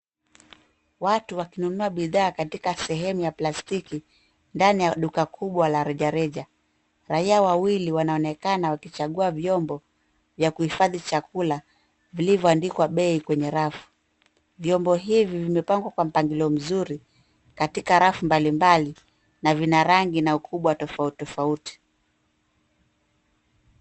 Watu wakinunua bidhaa katika sehemu ya plastiki ndani ya duka kubwa la rejareja. Raia wawili wanaonekana wakichagua vyombo vya kuhifadhi chakula vilivyoandikwa bei kwenye rafu. Vyombo hivi vimepangwa kwa mpangilio mzuri katika rafu mbalimbali na vina rangi na ukubwa tofauti tafauti.